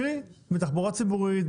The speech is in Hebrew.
קרי בתחבורה ציבורית,